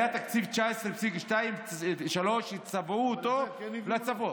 היה תקציב 19.3 שצבעו אותו לצפון,